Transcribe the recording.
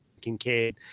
Kincaid